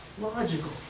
logical